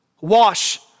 wash